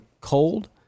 cold